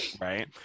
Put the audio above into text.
right